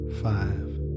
five